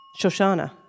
Shoshana